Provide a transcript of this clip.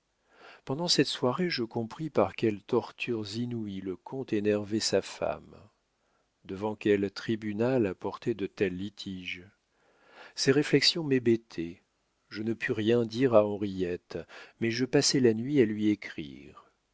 pendant cette soirée je compris par quelles tortures inouïes le comte énervait sa femme devant quel tribunal apporter de tels litiges ces réflexions m'hébétaient je ne pus rien dire à henriette mais je passai la nuit à lui écrire